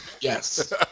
Yes